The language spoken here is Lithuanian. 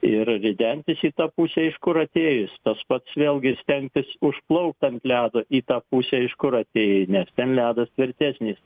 ir ridentis į tą pusę iš kur atėjus tas pats vėlgi stengtis užplaukt ant ledo į tą pusę iš kur atėjai nes ten ledas tvirtesnis